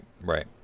right